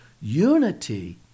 unity